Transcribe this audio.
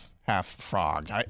half-frogged